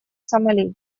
сомали